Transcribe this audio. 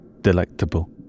Delectable